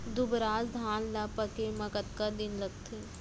दुबराज धान ला पके मा कतका दिन लगथे?